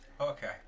Okay